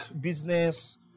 business